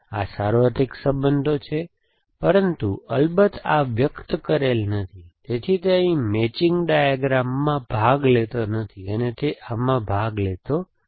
આ સાર્વત્રિક સંબંધો છે પરંતુ અલબત્ત આ વ્યક્ત કરેલ નથી તેથી તે અહીં મેચિંગ ડાયગ્રામ માં ભાગ લેતો નથી અને તે આમાં ભાગ લેતો નથી